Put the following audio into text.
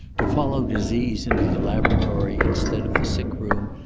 to follow disease into the laboratory instead of the sick room,